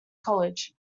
college